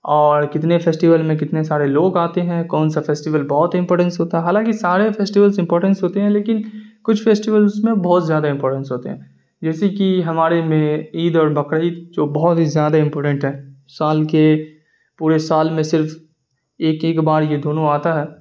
اور کتنے فیسٹول میں کتنے سارے لوگ آتے ہیں کون سا فیسٹول بہت امپارٹنس ہوتا حالانکہ سارے فیسٹولس امپارٹنس ہوتے ہیں لیکن کچھ فیسٹولس میں بہت زیادہ امپارٹنس ہوتے ہیں جیسے کہ ہمارے میں عید اور بقرعید جو بہت ہی زیادہ امپورٹنٹ ہے سال کے پورے سال میں صرف ایک ایک بار یہ دونوں آتا ہے